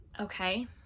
okay